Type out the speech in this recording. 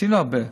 ועושים הרבה,